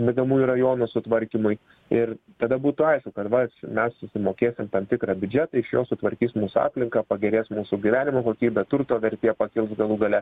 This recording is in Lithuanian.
miegamųjų rajonų sutvarkymui ir tada būtų aišku kad va mes susimokėsime tam tikrą biudžetą iš jo sutvarkys mūsų aplinką pagerės mūsų gyvenimo kokybė turto vertė pakils galų gale